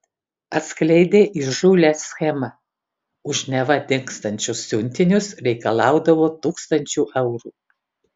atskleidė įžūlią schemą už neva dingstančius siuntinius reikalaudavo tūkstančių eurų